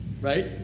right